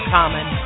Common